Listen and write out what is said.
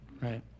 Right